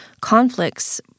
conflicts